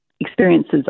experiences